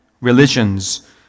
religions